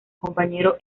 compañero